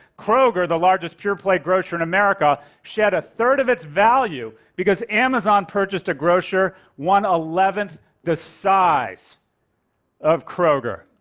kroger, the largest pure-play grocer in america, shed a third of its value, because amazon purchased a grocer one-eleventh the size of kroger.